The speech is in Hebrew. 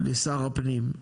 לשר הפנים.